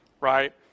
right